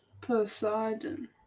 Poseidon